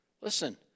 Listen